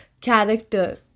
character